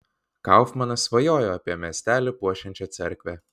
kaufmanas svajojo apie miestelį puošiančią cerkvę